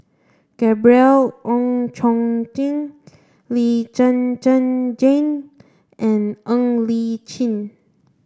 Gabriel Oon Chong Jin Lee Zhen Zhen Jane and Ng Li Chin